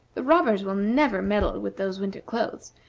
the robbers will never meddle with those winter clothes,